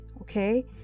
okay